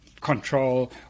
control